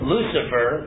Lucifer